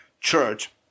church